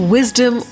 Wisdom